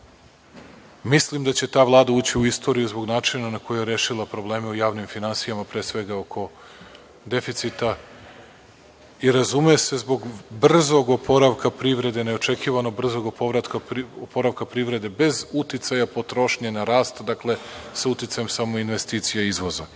mislim da će ta Vlada ući u istoriju zbog načina na koji je rešila probleme u javnim finansijama, pre svega oko deficita i razume se, zbog brzog oporavka privrede, neočekivanog brzog oporavka privrede bez uticaja potrošnje na rast, dakle samo sa uticajem investicija i izvoza. Sada